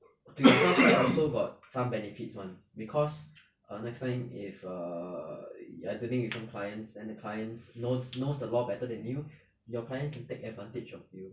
to yourself right also got some benefits [one] because err next time if err you are dealing with some clients then the clients knows knows the law better than you your client can take advantage of you